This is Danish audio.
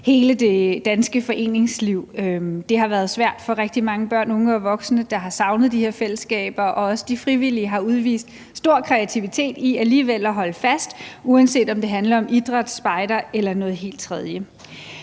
grund af coronavirussen. Det har været svært for rigtig mange børn, unge og voksne, der har savnet de her fællesskaber, og de frivillige har udvist stor kreativitet i forhold til alligevel at holde fast, uanset om det handler om idræt, spejdere eller noget helt tredje.